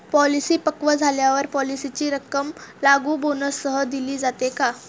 Policy पक्व झाल्यावर पॉलिसीची रक्कम लागू बोनससह दिली जाते का?